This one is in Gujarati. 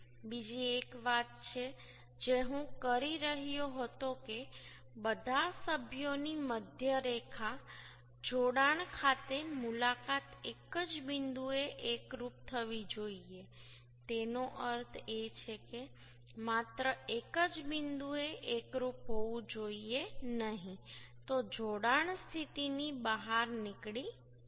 બીજી એક વાત જે હું કહી રહ્યો હતો કે બધા સભ્યોની મધ્ય રેખા જોડાણ ખાતે મુલાકાત એક જ બિંદુએ એકરૂપ થવી જોઈએ તેનો અર્થ એ છે કે માત્ર એક જ બિંદુએ એકરુપ હોવું જોઈએ નહીં તો જોડાણ સ્થિતિની બહાર નીકળી જશે